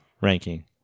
ranking